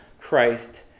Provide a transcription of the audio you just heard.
Christ